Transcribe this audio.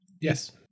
Yes